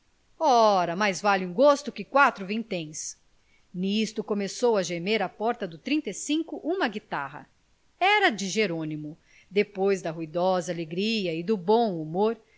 ora mais vale um gosto que quatro vinténs nisto começou a gemer à porta do trinta e cinco uma guitarra era de jerônimo depois da ruidosa alegria e do bom humor